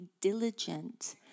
diligent